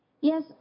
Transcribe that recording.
yes